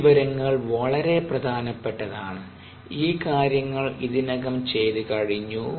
ഈ വിവരങ്ങൾ വളരെ പ്രധാനപ്പെട്ടതാണ് ഈ കാര്യങ്ങൾ ഇതിനകം ചെയ്തു കഴിഞ്ഞു